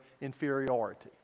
inferiority